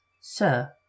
Sir